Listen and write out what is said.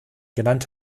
genannt